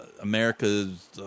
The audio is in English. Americas